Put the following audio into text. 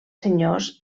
senyors